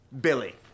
Billy